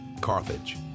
Carthage